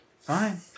Fine